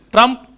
Trump